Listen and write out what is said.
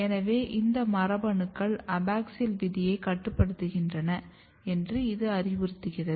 எனவே இந்த மரபணுக்கள் அபேக்ஸியல் விதியைக் கட்டுப்படுத்துகின்றன என்று இது அறிவுறுத்துகிறது